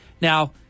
Now